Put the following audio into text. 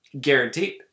Guaranteed